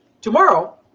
tomorrow